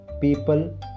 people